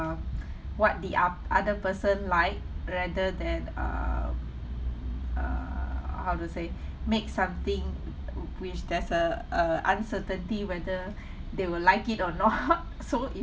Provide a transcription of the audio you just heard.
what the oth~ other person like rather than err uh how to say make something which there's a uh uncertainty whether they will like it or not so